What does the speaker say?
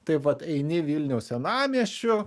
tai vat eini vilniaus senamiesčiu